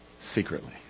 secretly